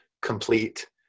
complete